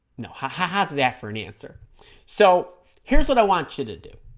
no how has that for an answer so here's what i want you to do